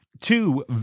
two